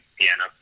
piano